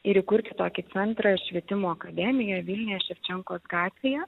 ir įkurti tokį centrą ir švietimo akademiją vilniuje ševčenkos gatvėje